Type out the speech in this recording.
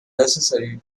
necessary